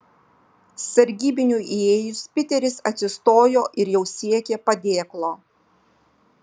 sargybiniui įėjus piteris atsistojo ir jau siekė padėklo